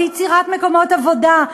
ביצירת מקומות עבודה,